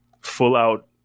full-out